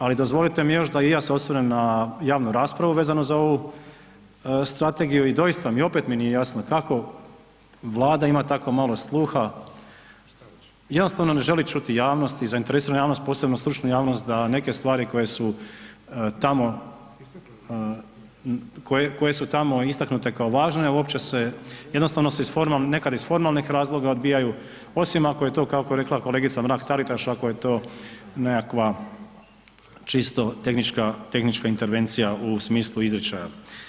Ali dozvolite mi još da i ja se osvrnem na javnu raspravu vezano za ovu strategiju i doista mi, opet mi nije jasno kako Vlada ima tako malo sluha, jednostavno ne želi čuti javnost i zainteresiranu javnost, posebno stručnu javnost da neke stvari koje su tamo, koje su tamo istaknute kao važne uopće se, jednostavno se nekad iz formalnih razloga odbijaju osim ako je to kako je rekla kolegica Mrak Taritaš ako je to nekakva čisto tehnička intervencija u smislu izričaja.